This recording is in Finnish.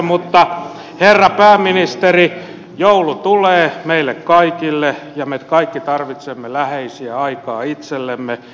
mutta herra pääministeri joulu tulee meille kaikille ja me kaikki tarvitsemme läheisiä aikaa itsellemme